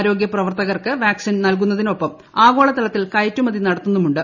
ആരോഗൃ പ്രവർത്തകർക്ക് വാക്സിൻ നൽകുന്നതിനൊപ്പം ആഗോളതലത്തിൽ കയറ്റുമതി നടത്തുന്നുമുണ്ട്